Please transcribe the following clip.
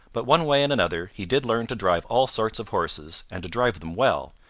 but one way and another he did learn to drive all sorts of horses, and to drive them well,